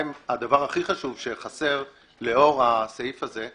הדבר הכי חשוב שחסר לאור הסעיף הזה,